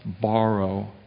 borrow